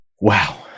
Wow